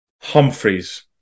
Humphreys